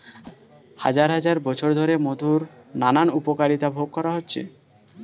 হাজার হাজার বছর ধরে মধুর নানান উপকারিতা ভোগ করা হচ্ছে